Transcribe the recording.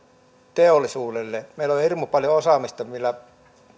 teollisuudelle meillä on hirmu paljon osaamista millä